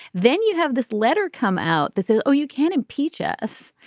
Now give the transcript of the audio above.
then you have this letter come out that says oh you can't impeach us.